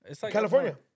California